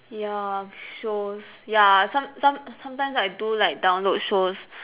ya so ya some some sometimes I do like download shows